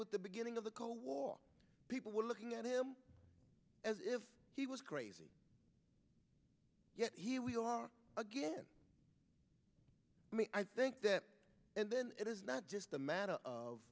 with the beginning of the cold war people were looking at him as if he was crazy yet here we are again i think that and then it is not just a matter of